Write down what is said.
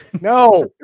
no